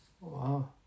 Wow